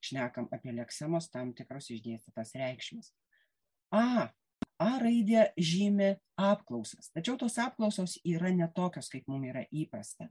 šnekant apie leksemos tam tikras išdėstytas reikšmes a ar raidė žymi apklausas tačiau tos apklausos yra ne tokios kaip mum yra įprasta